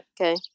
Okay